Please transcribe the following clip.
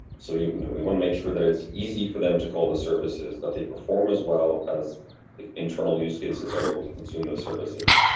so you know we want to make sure that it's easy for them to call the services that they perform as well, as internal used cases are able to consume those services.